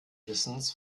wissens